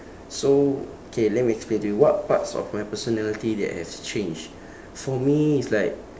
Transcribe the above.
so okay let me explain to you what parts of my personality that has changed for me is like